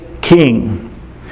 King